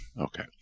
Okay